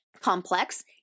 Complex